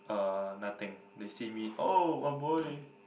uh nothing they see me oh a boy